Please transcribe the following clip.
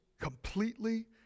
completely